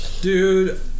Dude